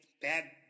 Bad